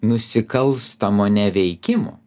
nusikalstamo neveikimo